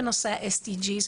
בנושא ה-SDG,